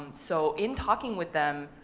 um so in talking with them,